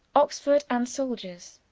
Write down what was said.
oxford, and souldiers.